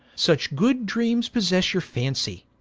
such good dreames possesse your fancy